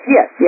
Yes